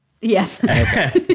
Yes